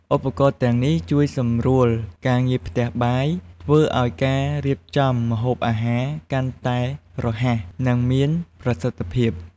ឧបករណ៍ទាំងនេះជួយសម្រួលការងារផ្ទះបាយ ធ្វើឲ្យការរៀបចំម្ហូបអាហារកាន់តែរហ័ស និងមានប្រសិទ្ធភាព។